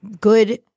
good